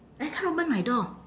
I can't open my door